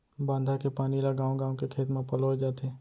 बांधा के पानी ल गाँव गाँव के खेत म पलोए जाथे